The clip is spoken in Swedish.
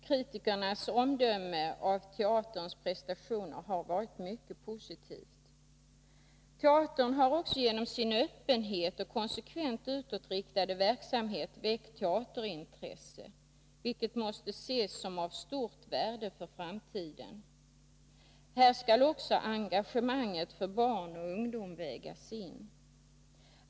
Kritikernas omdöme om teaterns prestationer har varit mycket positivt. Teatern har genom sin öppenhet och sin konsekvent utåtriktade verksamhet väckt teaterintresse, vilket måste anses vara av stort värde för framtiden. Här skall också engagemanget för barn och ungdom vägas in.